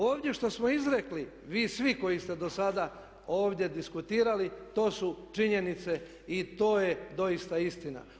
Ovdje što smo izrekli, vi svi koji ste dosada ovdje diskutirali to su činjenice i to je doista istina.